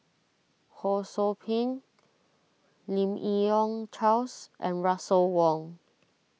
Ho Sou Ping Lim Yi Yong Charles and Russel Wong